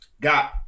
got